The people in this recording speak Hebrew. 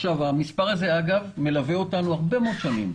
אגב, המספר הזה מלווה אותנו הרבה מאוד שנים,